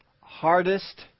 hardest